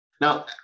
Now